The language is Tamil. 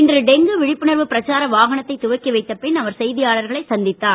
இன்று டெங்கு விழிப்புணர்வு பிரச்சார வாகனத்தை துவக்கி வைத்த பின் அவர் செய்தியாளர்களைச் சந்தித்தார்